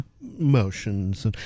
motions